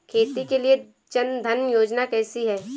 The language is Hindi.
खेती के लिए जन धन योजना कैसी है?